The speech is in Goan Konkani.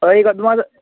हो एक अदमास